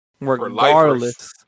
regardless